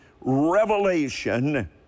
revelation